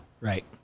Right